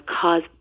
cause